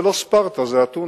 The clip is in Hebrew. זה לא ספרטה, זה אתונה.